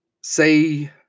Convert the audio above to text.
say